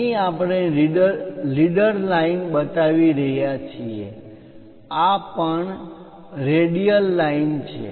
અહીં આપણે leader line બતાવી રહ્યા છીએ આ પણ રેડિયલ લાઇન છે